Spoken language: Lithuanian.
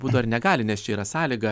būdu ar negali nes čia yra sąlyga